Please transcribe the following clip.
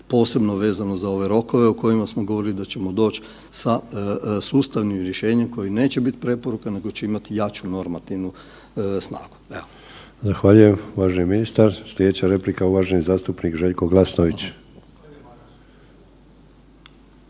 posebno vezano za ove rokove o kojima smo govorili da ćemo doć sa sustavnim rješenjem koji neće biti preporuka nego će imati jaču normativnu snagu. **Sanader, Ante (HDZ)** Zahvaljujem. Sljedeća replika uvaženi zastupnik Željko Glasnović.